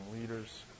leaders